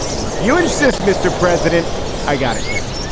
well if you insist mr. president i gotta care.